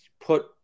put